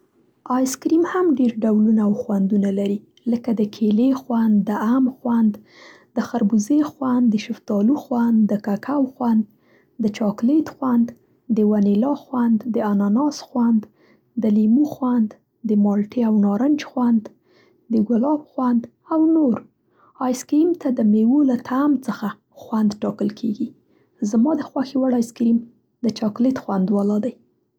آیسکریم هم ډېر ډولونه او خوندونه لري، لکه د کېلې خوند، د ام خوند، د خربوزې خوند، د شفتالو خوند، د ککو خوند، د چاکلېت خوند، د ونېلا خوند، د انانس خوند، د لیمو خوند، د مالټې او نارنج خوند، د ګلاب خوند او نور. آیسکریم ته د مېوو له طعم څخه خوند ټاکل کېږي. زما د خوښې وړ آیسکریم د چاکلېت خوند واله دی.